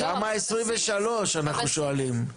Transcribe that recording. כמה ב-2023 אנחנו שואלים?